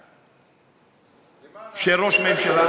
למען ההגינות,